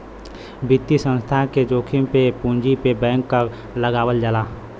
वित्तीय संस्थान के जोखिम पे पूंजी पे बैंक कर लगावल जाला